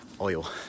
oil